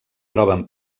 troben